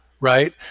right